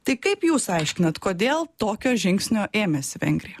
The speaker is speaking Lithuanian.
tai kaip jūs aiškinat kodėl tokio žingsnio ėmėsi vengrija